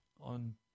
On